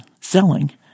selling